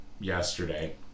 yesterday